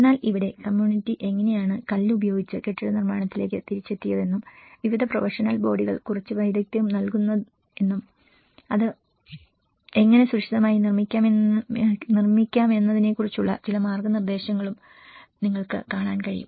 എന്നാൽ ഇവിടെ കമ്മ്യൂണിറ്റി എങ്ങനെയാണ് കല്ല് ഉപയോഗിച്ച് കെട്ടിടനിർമ്മാണത്തിലേക്ക് തിരിച്ചെത്തിയതെന്നും വിവിധ പ്രൊഫഷണൽ ബോഡികൾ കുറച്ച് വൈദഗ്ധ്യം നൽകുന്നുവെന്നും അത് എങ്ങനെ സുരക്ഷിതമായി നിർമ്മിക്കാമെന്നതിനെക്കുറിച്ചുള്ള ചില മാർഗ്ഗനിർദ്ദേശങ്ങളും നിങ്ങൾക്ക് കാണാൻ കഴിയും